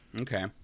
Okay